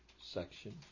Section